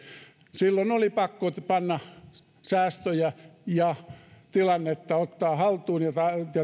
silloin oli pakko panna säästöjä ja ottaa tilannetta haltuun ja